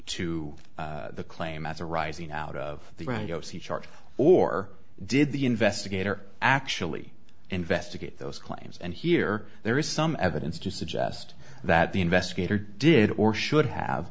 to the claim as arising out of the ground go see chart or did the investigator actually investigate those claims and here there is some evidence to suggest that the investigator did or should have